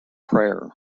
prayer